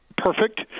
perfect